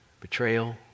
betrayal